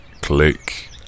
click